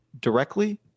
directly